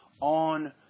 on